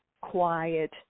quiet